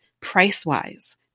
price-wise